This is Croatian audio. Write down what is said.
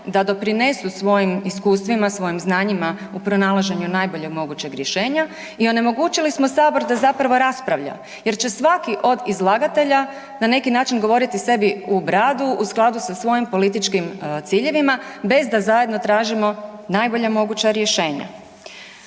da doprinesu svojim iskustvima, svojim znanjima, u pronalaženju najboljeg mogućeg rješenja i onemogućili smo Sabor da zapravo raspravlja jer će svaki od izlagatelja na neki način govoriti sebi u bradu u skladu sa svojim političkim ciljevima, bez da zajedno tražimo najbolja moguća rješenja.